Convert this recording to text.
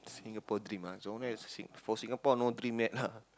Singapore dream ah so only at for Singapore no dream yet lah